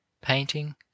painting